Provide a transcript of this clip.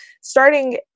starting